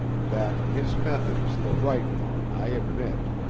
that his method is the right one, i admit.